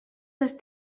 has